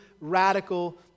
radical